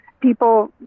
people